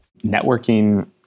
Networking